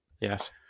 Yes